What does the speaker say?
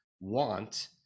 want